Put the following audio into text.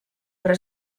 però